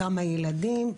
כמה ילדים.